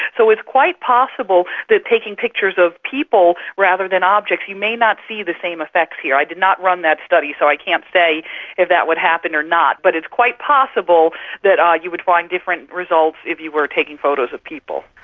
so it's quite possible that taking pictures of people rather than objects, you may not see the same effects here, i did not run that study so i cannot say if that would happen or not, but it's quite possible that ah you would find different results if you were taking photos of people.